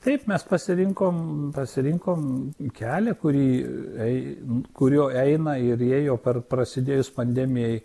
taip mes pasirinkom pasirinkom kelią kurį ei kuriuo eina ir ėjo per prasidėjus pandemijai